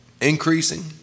increasing